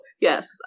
yes